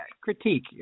critique